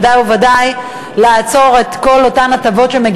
בוודאי ובוודאי לעצור את אותן הטבות.